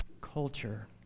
culture